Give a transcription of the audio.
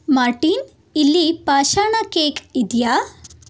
Martin ಇಲಿ ಪಾಷಾಣ cake ಇದೆಯಾ